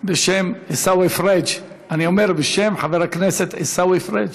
בשם חבר הכנסת עיסאווי פריג'.